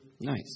nice